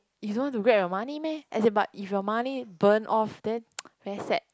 you don't want to grab your money meh as in but if your money burn off then very sad